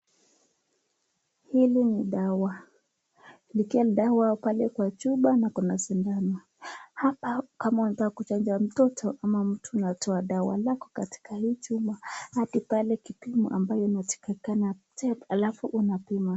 Hili ni dawa, likiwa dawa pale kwa chupa na sindano. Hapa kama mtu anataka kuchanja mtoto anatoa dawa ambayo katika hii chupa hadi pale kipimo ambayo inatakikana alafu unakunywa.